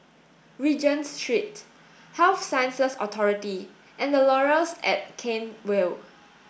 Regent Street Health Sciences Authority and The Laurels at Cairnhill